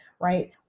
Right